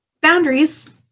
boundaries